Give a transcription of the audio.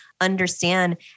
understand